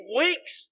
weeks